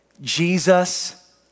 Jesus